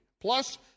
Plus